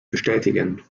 bestätigen